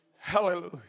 Hallelujah